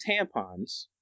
tampons